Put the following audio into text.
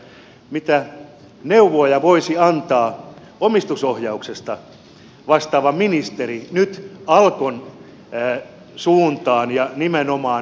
kysynkin mitä neuvoja voisi antaa omistusohjauksesta vastaava ministeri nyt alkon suuntaan ja nimenomaan ministeri huoviselle